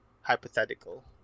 hypothetical